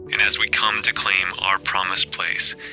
and as we come to claim our promised place,